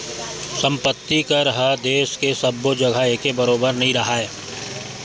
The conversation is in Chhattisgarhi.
संपत्ति कर ह देस के सब्बो जघा एके बरोबर नइ राहय